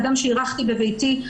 האדם שאירחתי בביתי,